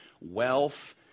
wealth